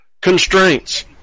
constraints